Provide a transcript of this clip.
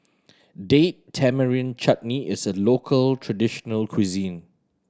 Date Tamarind Chutney is a local traditional cuisine